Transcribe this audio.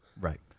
Right